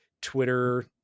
twitter